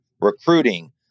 recruiting